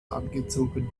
angezogen